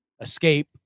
escape